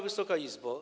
Wysoka Izbo!